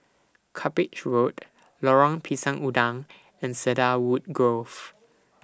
Cuppage Road Lorong Pisang Udang and Cedarwood Grove